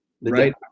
right